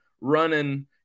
running